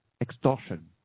extortion